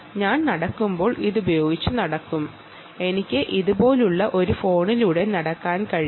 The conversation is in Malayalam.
എനിക്ക് ഒരു ഫോൺ കൈയ്യിൽ വെച്ച് ഇങ്ങനെ നടക്കാൻ കഴിയും